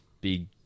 big